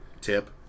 tip